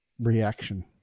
reaction